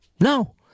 No